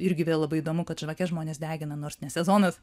irgi vėl labai įdomu kad žvakes žmonės degina nors ne sezonas